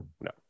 no